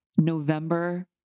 November